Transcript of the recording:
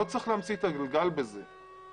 לא צריך להמציא את הגלגל במקרה הזה.